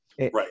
right